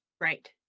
Right